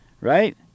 right